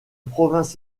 province